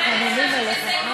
חיים, יש לי ועדה.